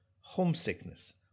Homesickness